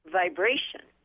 vibration